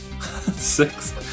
Six